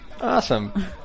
awesome